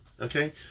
okay